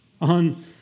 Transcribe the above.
on